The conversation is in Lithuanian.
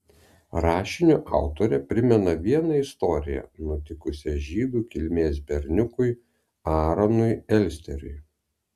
rašinio autorė primena vieną istoriją nutikusią žydų kilmės berniukui aaronui elsteriui